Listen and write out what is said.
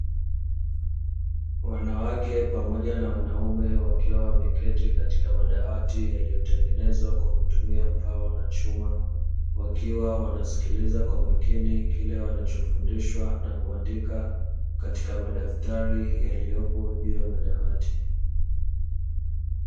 Wanawake pamoja na wanaume wakiwa wameketi katika madawati yaliyotengenezwa kwa kutumia mbao na chuma. Wakiwa wanasikiliza kwa makini kile kinachofundishwa na kuandika katika madaftari yaliyopo juu ya madawati.